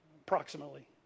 approximately